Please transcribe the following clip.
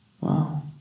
Wow